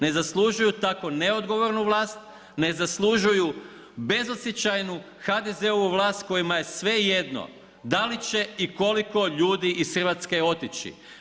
Ne zaslužuju tako neodgovornu vlast, ne zaslužuju bezosjećajnu HDZ-ovu vlast kojima je svejedno da li će i koliko ljudi iz Hrvatske otići.